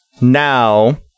now